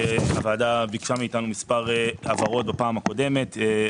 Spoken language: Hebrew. הוועדה ביקשה מאיתנו מספר הבהרות בפעם הקודמת.